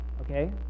Okay